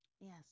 Yes